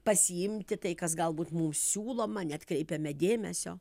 pasiimti tai kas galbūt mums siūloma neatkreipiame dėmesio